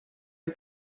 are